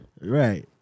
Right